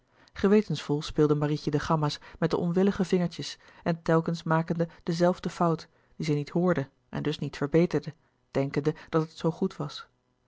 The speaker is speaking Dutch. gewetensvol speelde marietje de gamma's met de onwillige vingertjes en telkens makende de zelfde fout die zij niet hoorde en dus niet verbeterde denkende dat het zoo goed was